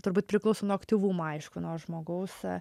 turbūt priklauso nuo aktyvumo aišku nuo žmogaus